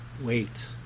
Wait